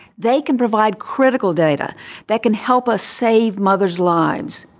they can provide critical data that can help us save mothers' lives.